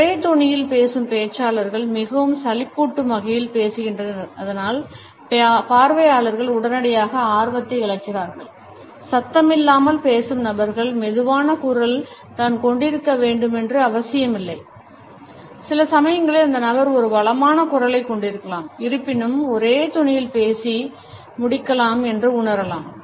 ஒரே தொனியில் பேசும் பேச்சாளர்கள் மிகவும் சலிப்பூட்டும் வகையில் பேசுகின்றனர் அதனால் பார்வையாளர்கள் உடனடியாக ஆர்வத்தை இழக்கிறார்கள் சத்தமில்லாமல் பேசும் நபர்கள் மெதுவான குரல் தான் கொண்டிருக்க வேண்டுமென்று அவசியமில்லை சில சமயங்களில் அந்த நபர் ஒரு வளமான குரலைக் கொண்டிருக்கலாம் இருப்பினும் ஒரே தொனியில் பேசி முடிக்கலாம் என்று உணரலாம்